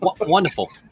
wonderful